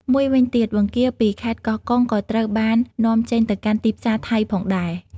មួយវិញទៀត បង្គាពីខេត្តកោះកុងក៏ត្រូវបាននាំចេញទៅកាន់ទីផ្សារថៃផងដែរ។